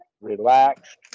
relaxed